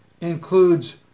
includes